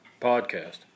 podcast